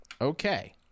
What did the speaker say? Okay